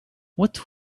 what